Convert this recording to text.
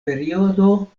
periodo